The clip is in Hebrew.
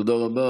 תודה רבה.